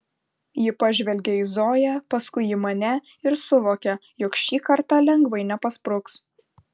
ji pažvelgia į zoją paskui į mane ir suvokia jog šį kartą lengvai nepaspruks